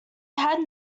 had